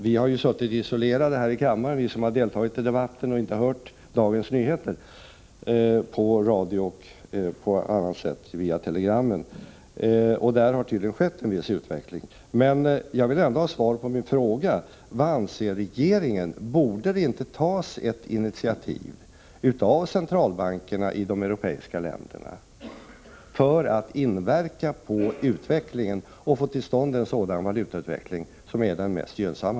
Vi som har deltagit i debatten har suttit isolerade här i kammaren och har inte hört dagens nyheter på radio eller fått del av dem t.ex. via telegrammen, men det har tydligen skett en viss utveckling. Jag vill ändå ha svar på min fråga: Anser inte regeringen att det borde tas ett initiativ av centralbankerna i de europeiska länderna för att inverka på utvecklingen och få till stånd en sådan valutautveckling som är den mest gynnsamma?